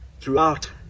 throughout